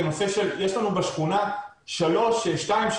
יש לנו בשכונה שתיים,